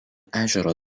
ežero